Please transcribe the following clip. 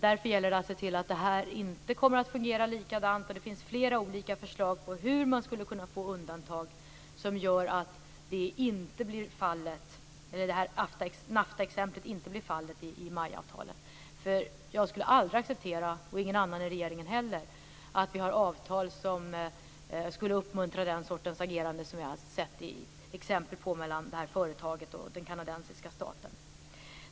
Därför måste man se till att MAI-avtalet inte kommer att fungera likadant, och det finns flera olika förslag om hur man skulle kunna få till stånd undantag som gör att MAI-avtalet inte blir som NAFTA-exemplet. Jag - och inte heller någon annan i regeringen - skulle aldrig acceptera några avtal som uppmuntrar den sortens agerande som vi har sett i exemplet med det kanadensiska företaget och den kanadensiska staten.